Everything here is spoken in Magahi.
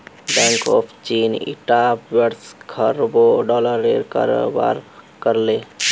बैंक ऑफ चीन ईटा वर्ष खरबों डॉलरेर कारोबार कर ले